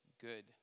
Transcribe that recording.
good